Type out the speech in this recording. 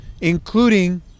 including